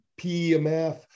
PEMF